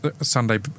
Sunday